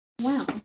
Wow